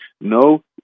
no